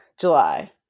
July